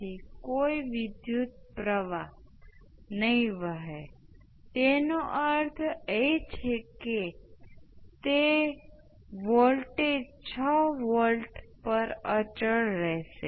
તેથી અનંત સમયે I 1 એ R 2 R 1 R 2 × I s અને I 2 એ અનંત સમયે R 1 R 1 R 2 × I s હશે